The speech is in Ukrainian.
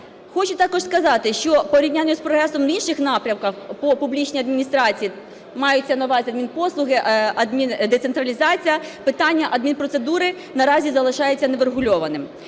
Хочу також сказати, що в порівнянні з прогресом в інших напрямках по публічній адміністрації (маються на увазі адмінпослуги, децентралізація) питання адмінпроцедури наразі залишається неврегульованим.